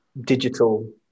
digital